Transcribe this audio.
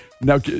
Now